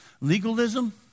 legalism